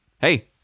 hey